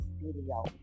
video